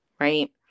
right